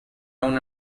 una